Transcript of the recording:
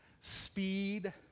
Speed